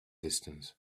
distance